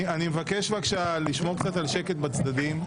אני מבקש, בבקשה, לשמור קצת על שקט בצדדים.